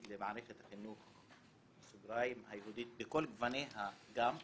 למערכת היהודית בכל גווניה הוא ידוע.